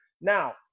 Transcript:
Now